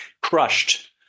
crushed